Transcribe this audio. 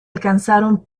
alcanzaron